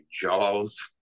Jaws